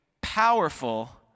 powerful